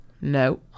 No